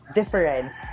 difference